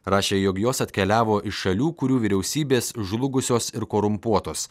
rašė jog jos atkeliavo iš šalių kurių vyriausybės žlugusios ir korumpuotos